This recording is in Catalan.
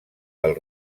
del